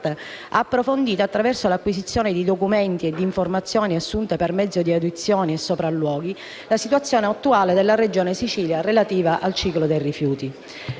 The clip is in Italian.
ha approfondito, attraverso l'acquisizione di documenti e informazioni assunte per mezzo di audizioni e sopralluoghi, la situazione attuale della Regione Sicilia in relazione al ciclo dei rifiuti.